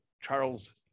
Charles